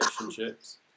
relationships